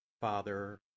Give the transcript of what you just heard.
Father